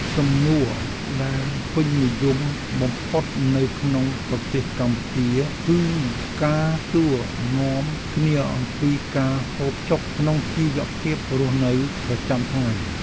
សំណួរដែលពេញនិយមបំផុតនៅក្នុងប្រទេសកម្ពុជា គឺការសួរនាំគ្នាអំពីការហូបចុកក្នុងជីវភាពរស់នៅប្រចាំថ្ងៃ។